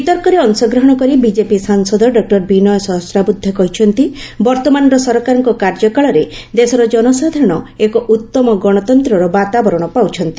ବିତର୍କରେ ଅଂଶଗ୍ରହଣ କରି ବିଜେପି ସାଂସଦ ଡକ୍ଟର ବିନୟ ସହସ୍ରାବୂଦ୍ଧେ କହିଛନ୍ତି ବର୍ତ୍ତମାନର ସରକାରଙ୍କ କାର୍ଯ୍ୟକାଳରେ ଦେଶର ଜନସାଧାରଣ ଏକ ଉତ୍ତମ ଗଣତନ୍ତ୍ରର ବାତାବରଣ ପାଉଛନ୍ତି